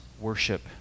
worship